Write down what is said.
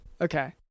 Okay